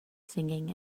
singing